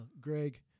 Greg